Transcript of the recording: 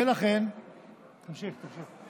ולכן, תמשיך, תמשיך.